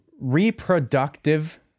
Reproductive